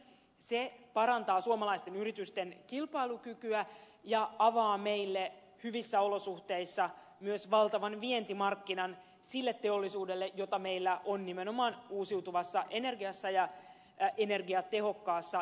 se parantaa suomalaisten yritysten kilpailukykyä ja avaa meille hyvissä olosuhteissa myös valtavan vientimarkkinan sille teollisuudelle jota meillä on nimenomaan uusiutuvassa energiassa ja energiatehokkaassa teknologiassa